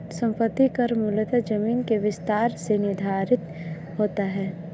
संपत्ति कर मूलतः जमीन के विस्तार से निर्धारित होता है